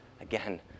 again